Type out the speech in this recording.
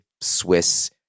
Swiss